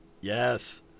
Yes